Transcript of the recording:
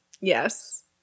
Yes